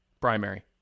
primary